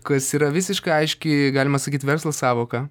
kas yra visiškai aiški galima sakyt verslo sąvoka